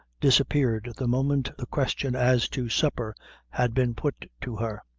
disappeared the moment the question as to supper had been put to her.